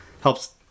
helps